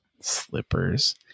Slippers